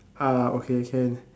ah okay can